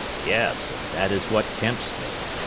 yes and that is what tempts me.